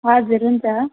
हजुर हुन्छ